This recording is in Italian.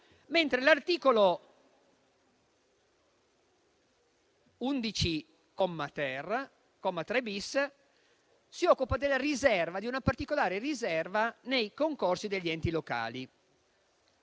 mentre l'articolo 11, comma 3-*bis*, si occupa di una particolare riserva nei concorsi degli enti locali.